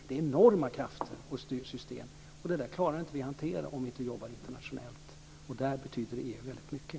Det är enorma krafter och styrsystem, och vi klarar inte att hantera det om vi inte jobbar internationellt. Där betyder EU väldigt mycket.